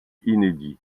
inédit